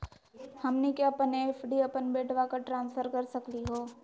हमनी के अपन एफ.डी अपन बेटवा क ट्रांसफर कर सकली हो?